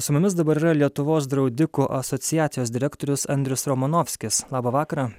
su mumis dabar yra lietuvos draudikų asociacijos direktorius andrius romanovskis labą vakarą